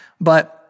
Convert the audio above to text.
But-